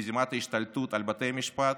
מזימת ההשתלטות על בתי המשפט,